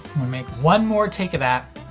we'll make one more take of that,